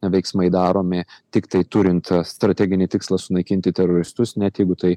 veiksmai daromi tiktai turint strateginį tikslą sunaikinti teroristus net jeigu tai